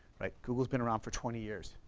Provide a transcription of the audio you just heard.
right? google's been around for twenty years,